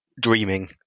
dreaming